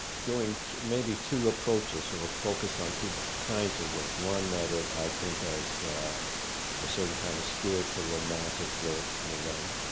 doing maybe two approaches, or focused on two but kinds of work. one that is, i think, has a certain kind of spiritual romantic work in a way,